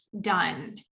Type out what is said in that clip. done